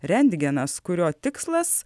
rentgenas kurio tikslas